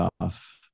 off